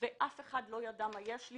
ואף אחד לא ידע מה יש לי,